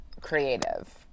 creative